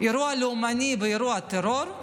אירוע לאומני ואירוע טרור,